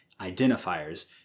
identifiers